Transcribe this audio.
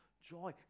Joy